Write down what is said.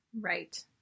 Right